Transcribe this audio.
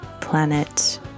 planet